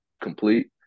complete